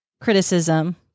criticism